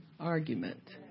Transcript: argument